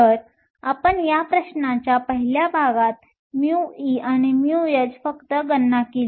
तर आपण या प्रश्नाच्या पहिल्या भागात μe आणि μh फक्त गणना केली